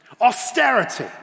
Austerity